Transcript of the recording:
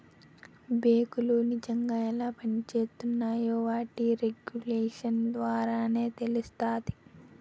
బేంకులు నిజంగా ఎలా పనిజేత్తున్నాయో వాటి రెగ్యులేషన్స్ ద్వారానే తెలుత్తాది